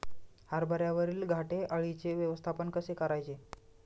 हरभऱ्यावरील घाटे अळीचे व्यवस्थापन कसे करायचे?